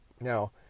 Now